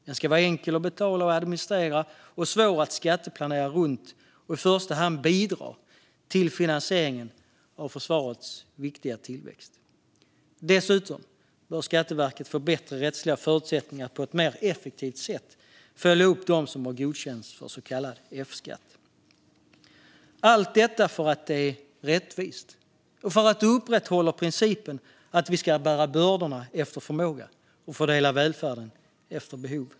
Den ska vara enkel att betala och administrera och svår att skatteplanera runt samt i första hand bidra till finansieringen av försvarets viktiga tillväxt. Dessutom bör Skatteverket få bättre rättsliga förutsättningar att på ett mer effektivt sätt följa upp dem som har godkänts för så kallad F-skatt. Allt detta för att det är rättvist och för att det upprätthåller principen att vi ska bära bördorna efter förmåga och fördela välfärden efter behov.